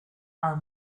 haar